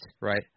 right